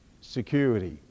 security